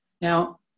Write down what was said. Now